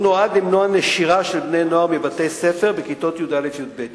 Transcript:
שנועד למנוע נשירה של בני נוער מבתי-ספר בכיתות י"א-י"ב.